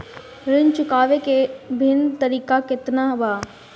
ऋण चुकावे के विभिन्न तरीका केतना बा?